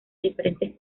diferentes